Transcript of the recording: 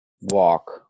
walk